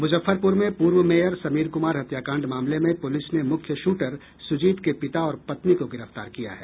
मुजफ्फरपुर में पूर्व मेयर समीर कुमार हत्याकांड मामले में पुलिस ने मुख्य शूटर सुजीत के पिता और पत्नी को गिरफ्तार किया है